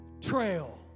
trail